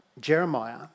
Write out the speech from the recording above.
Jeremiah